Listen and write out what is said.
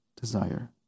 desire